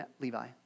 Levi